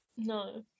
No